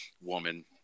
woman